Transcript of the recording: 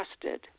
trusted